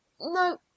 no